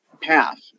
path